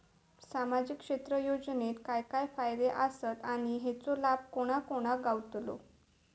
सामजिक क्षेत्र योजनेत काय काय फायदे आसत आणि हेचो लाभ कोणा कोणाक गावतलो?